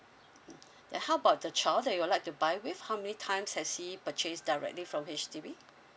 how about the child that you would like to buy with how many times has he purchase directly from H_D_B